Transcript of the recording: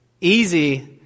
easy